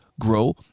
grow